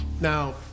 Now